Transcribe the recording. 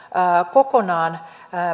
kokonaan